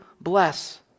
bless